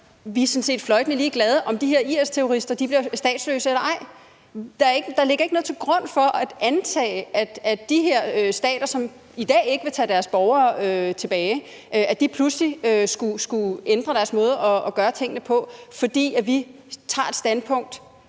at vi sådan set er fløjtende ligeglade med, om de her IS-terrorister bliver statsløse eller ej. Der ligger ikke noget til grund for at antage, at de her stater, som i dag ikke vil tage deres borgere tilbage, pludselig skulle ændre deres måde at gøre tingene på, fordi vi tager et standpunkt,